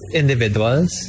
individuals